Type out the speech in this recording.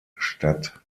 statt